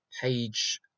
page